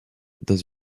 dans